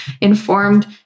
informed